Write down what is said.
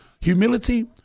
Humility